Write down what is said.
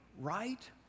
right